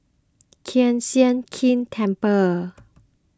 Kiew Sian King Temple